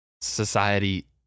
society